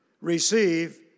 receive